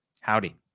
howdy